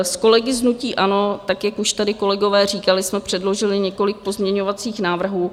S kolegy z hnutí ANO, jak už tady kolegové říkali, jsme předložili několik pozměňovacích návrhů.